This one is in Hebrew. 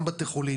גם בתי החולים,